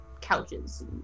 couches